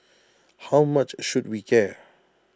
how much should we care